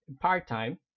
part-time